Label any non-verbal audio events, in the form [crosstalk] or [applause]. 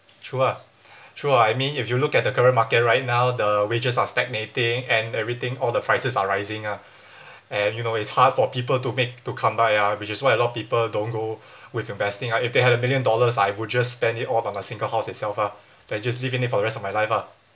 true ah true ah I mean if you look at the current market right now the wages are stagnating and everything all the prices are rising ah [breath] and you know it's hard for people to make to come buy ah which is why a lot people don't go with investing ah if they had a million dollars I will just spend it all by my single house itself ah then just live in it for the rest of my life ah